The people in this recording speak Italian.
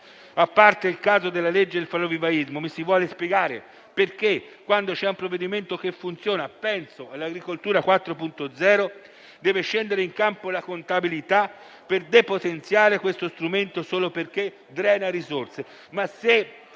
A parte il caso della legge sul florovivaismo, mi si vuole spiegare perché, quando c'è un provvedimento che funziona (penso all'agricoltura 4.0), deve scendere in campo la contabilità per depotenziarlo solo perché drena risorse?